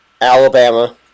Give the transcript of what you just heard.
Alabama